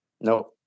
No